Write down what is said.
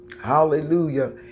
Hallelujah